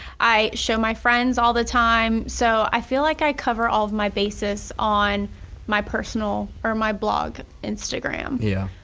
i show my friends all the time. so i feel like i cover all of my bases on my personal, or my blog instagram. yeah.